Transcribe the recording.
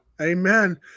Amen